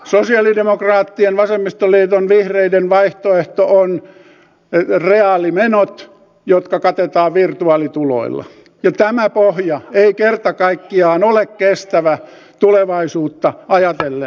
sosialidemokraattien vasemmistoliiton vihreiden vaihtoehto on reaalimenot jotka katetaan virtuaalituloilla ja tämä pohja ei kerta kaikkiaan ole kestävä tulevaisuutta ajatellen